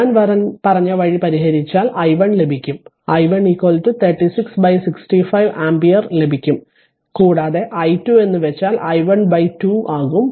ഞാൻ പറഞ്ഞ വഴി പരിഹരിച്ചാൽ i1 ലഭിക്കും i1 36 65 ആമ്പിയർ ലഭിക്കും കൂടാതെ i2 എന്നു വെച്ചാൽ i12 ആകും